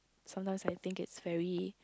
sometimes I think it's very